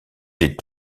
est